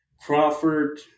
Crawford